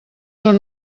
són